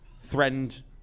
threatened